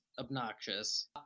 obnoxious